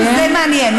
זה מעניין.